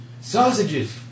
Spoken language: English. Sausages